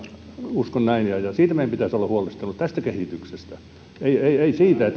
uskon näin siitä meidän pitäisi olla huolestuneita tästä kehityksestä ei siitä